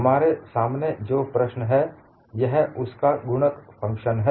हमारे सामने जो प्रश्न है यह उसका गुणक फंक्शन है